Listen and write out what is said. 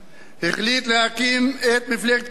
החליט להקים את מפלגת קדימה,